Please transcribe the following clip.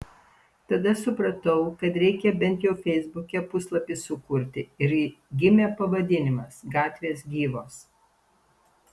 tada supratau kad reikia bent jau feisbuke puslapį sukurti ir gimė pavadinimas gatvės gyvos